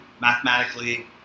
mathematically